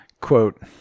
quote